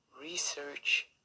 research